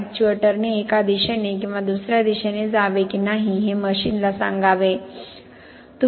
अॅक्ट्युएटरने एका दिशेने किंवा दुसऱ्या दिशेने जावे की नाही हे मशीनला सांगावे